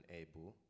able